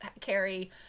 carry